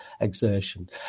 exertion